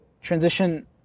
transition